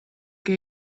que